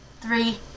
Three